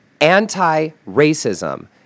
Anti-racism